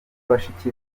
bashiki